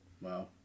Wow